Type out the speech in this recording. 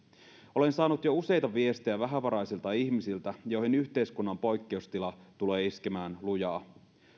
olen saanut jo useita viestejä vähävaraisilta ihmisiltä joihin yhteiskunnan poikkeustila tulee iskemään lujaa